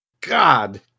God